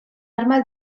arma